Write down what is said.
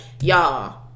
y'all